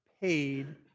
paid